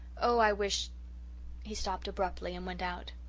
oh, i wish he stopped abruptly and went out.